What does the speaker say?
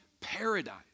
paradise